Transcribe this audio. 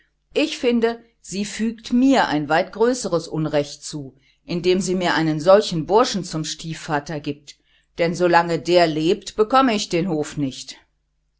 ich finde sie fügt mir ein weit größeres unrecht zu indem sie mir einen solchen burschen zum stiefvater gibt denn solange der lebt bekomme ich den hof nicht